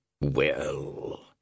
Well